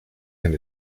and